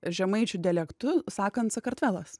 žemaičių dialektu sakant sakartvelas